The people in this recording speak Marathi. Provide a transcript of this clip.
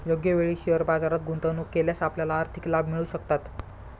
योग्य वेळी शेअर बाजारात गुंतवणूक केल्यास आपल्याला आर्थिक लाभ मिळू शकतात